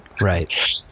right